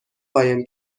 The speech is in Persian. قایم